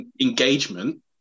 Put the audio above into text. engagement